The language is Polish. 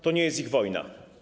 To nie jest ich wojna.